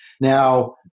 Now